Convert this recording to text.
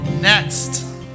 next